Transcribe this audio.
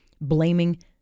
blaming